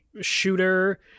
Shooter